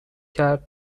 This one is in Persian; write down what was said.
کرد